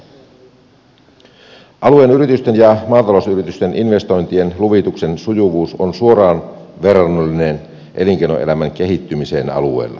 alueen yritysten ja maatalousyritysten investointien luvituksen sujuvuus on suoraan verrannollinen elinkeinoelämän kehittymiseen alueella